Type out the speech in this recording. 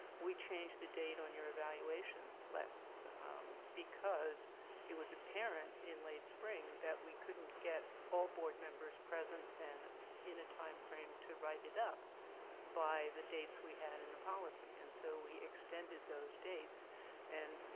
we changed the date on your evaluation list um because it was apparent in late spring that we couldn't get all board members present and in a timeframe to write it up by the dates we had in the policy. and so we extended those dates and,